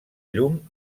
llum